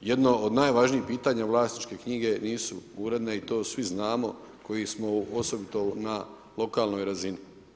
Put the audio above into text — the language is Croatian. jedno od najvažnijih pitanja vlasničke knjige nisu uredne i to svi znamo koji smo osobito na lokalnoj razini.